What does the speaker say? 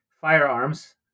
firearms